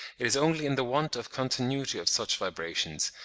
it is only in the want of continuity of such vibrations,